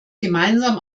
gemeinsam